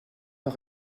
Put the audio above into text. par